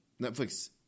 netflix